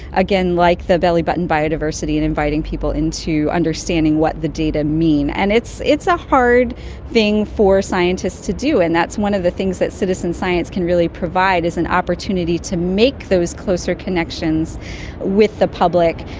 again, like the bellybutton biodiversity and inviting people in to understanding what the data mean. and it's it's a hard thing for scientists to do, and that's one of the things that citizen science can really provide, is an opportunity to really make those closer connections with the public,